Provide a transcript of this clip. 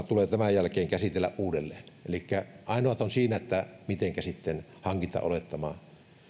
tulee tämän jälkeen käsitellä uudelleen elikkä ainoa on se miten käsitettä hankintaolettama